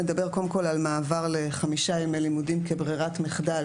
הוא מדבר על מעבר לחמישה ימי לימודים כברירת מחדל.